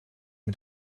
mit